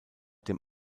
dem